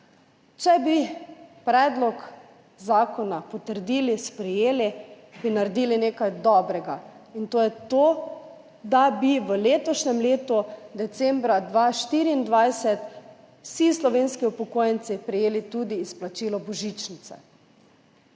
Če bi predlog zakona potrdili, sprejeli, bi naredili nekaj dobrega, in to je to, da bi v letošnjem letu decembra 2024 vsi slovenski upokojenci prejeli tudi izplačilo božičnice.